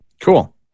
Cool